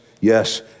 yes